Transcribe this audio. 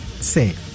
Say